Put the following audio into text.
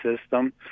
system